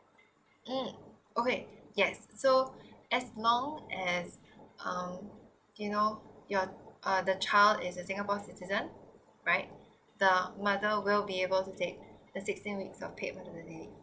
mm okay yes so as long as um you know your uh the child is a singapore citizen right the mother will be able to take the sixteen weeks of paid maternity leave